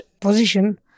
position